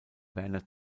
werner